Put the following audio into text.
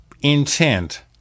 intent